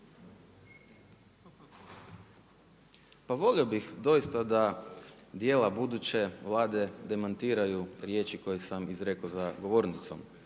Pa volio bih doista da djela buduće Vlade demantiraju riječi koje sam izrekao za govornicom.